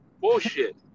Bullshit